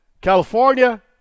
California